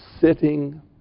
sitting